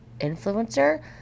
influencer